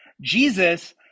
Jesus